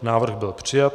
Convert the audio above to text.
Návrh byl přijat.